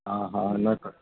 હા હા ના